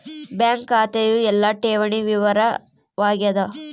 bank ಖಾತೆಯು ಎಲ್ಲ ಠೇವಣಿ ವಿವರ ವಾಗ್ಯಾದ